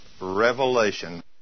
revelation